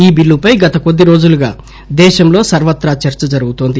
ఈ బిల్లుపైన గత కొద్దీ రోజులుగా దేశంలో సర్వత్రా చర్స జరుగుతోంది